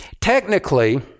Technically